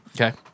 Okay